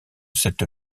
cette